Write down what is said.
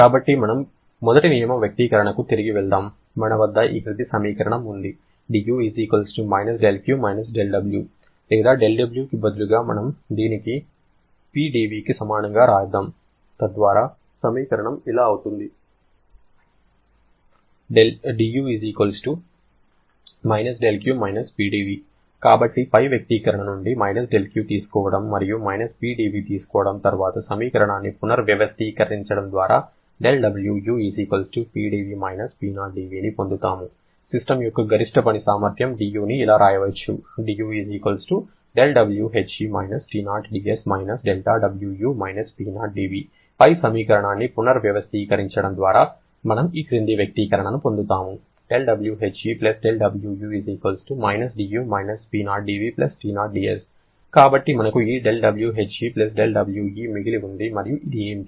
కాబట్టి మనం మొదటి నియమ వ్యక్తీకరణకు తిరిగి వెళ్దాము మన వద్ద ఈ క్రింది సమీకరణం వుంది dU - δQ - δW లేదా δWకి బదులుగా దీనిని PdVకి సమానంగా వ్రాద్దాం తద్వారా సమీకరణం ఇలా అవుతుంది dU - δQ - PdV కాబట్టి పై వ్యక్తీకరణ నుండి -δQ తీసుకోవడం మరియు −PdV తీసుకోవడం తర్వాత సమీకరణాన్ని పునర్వ్యవస్థీకరించడం ద్వారా δWu PdV - P0dV ని పొందుతాము సిస్టమ్ యొక్క గరిష్ట పని సామర్థ్యం dUని ఇలా వ్రాయవచ్చు dU δWHE - T0 dS - δWu - P0dV పై సమీకరణాన్ని పునర్వ్యవస్థీకరించడం ద్వారా మనము ఈ క్రింది వ్యక్తీకరణను పొందుతాము δWHE δWu - dU - P0dV T0 dS కాబట్టి మనకు ఈ 'δWHE δWu' మిగిలి ఉంది మరియు ఇది ఏమిటి